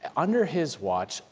and under his watch,